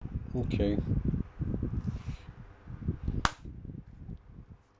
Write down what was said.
okay